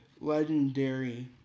legendary